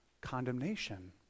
condemnation